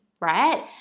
right